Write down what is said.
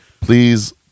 please